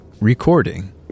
Recording